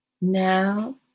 now